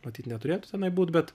matyt neturėtų tenai būt bet